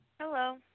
Hello